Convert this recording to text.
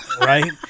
Right